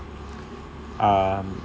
um